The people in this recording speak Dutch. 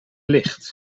licht